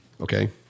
Okay